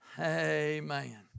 amen